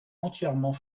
entièrement